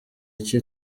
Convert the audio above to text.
icyo